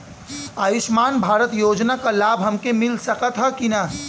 आयुष्मान भारत योजना क लाभ हमके मिल सकत ह कि ना?